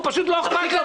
הוא פשוט לא אחראי.